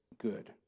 good